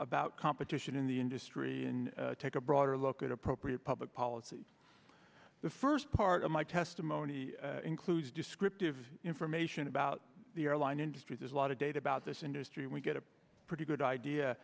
about competition in the industry in take a broader look at appropriate public policy the first part of my testimony includes descriptive information about the airline industry there's a lot of data about this industry and we get a pretty good idea